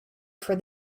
for